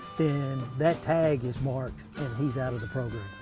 then that tag is marked, and he's out of the program.